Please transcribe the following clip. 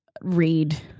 read